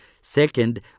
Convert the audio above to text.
Second